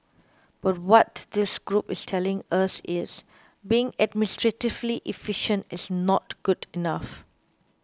but what this group is telling us is being administratively efficient is not good enough